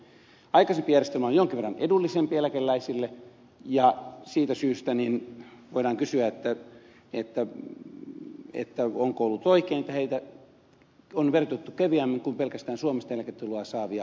aikaisempi järjestelmä oli jonkin verran edullisempi joillekin eläkeläisille ja siitä syystä voidaan kysyä onko ollut oikein että heitä on verotettu kevyemmin kuin pelkästään suomesta eläketuloa saavia